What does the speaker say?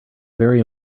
very